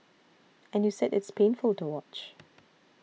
and you said it's painful to watch